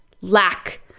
lack